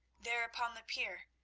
there upon the pier,